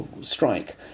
strike